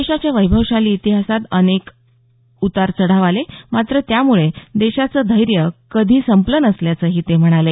देशाच्या वैभवशाली इतिहासात असे अनेक उतार चढाव आले मात्र त्यामुळे देशाचे धैर्य कधी संपले नसल्याचंही ते म्हणाले